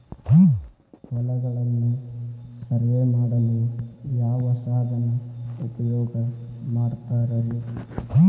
ಹೊಲಗಳನ್ನು ಸರ್ವೇ ಮಾಡಲು ಯಾವ ಸಾಧನ ಉಪಯೋಗ ಮಾಡ್ತಾರ ರಿ?